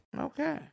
Okay